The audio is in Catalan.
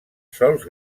sols